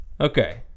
Okay